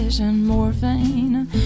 morphine